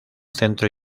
centro